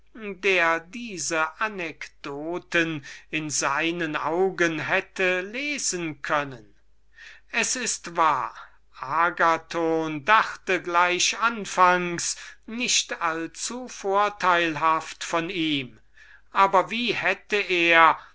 der diese anekdoten in seinen augen hätte lesen können es ist wahr agathon dachte anfangs nicht allzuvorteilhaft von ihm aber wie hätte er